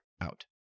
out